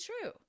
true